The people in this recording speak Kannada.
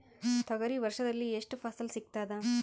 ತೊಗರಿ ವರ್ಷದಲ್ಲಿ ಎಷ್ಟು ಫಸಲ ಸಿಗತದ?